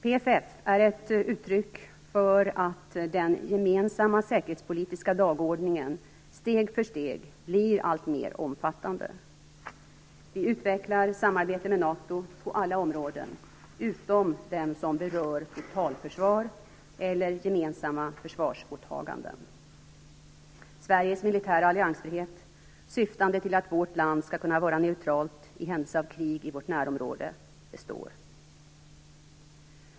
PFF är ett uttryck för att den gemensamma säkerhetspolitiska dagordningen steg för steg blir alltmer omfattande. Vi utvecklar samarbete med NATO på alla områden utom dem som berör totalförsvar eller gemensamma försvarsåtaganden. Sveriges militära alliansfrihet, syftande till att vårt land skall kunna vara neutralt i händelse av krig i vårt närområde, består.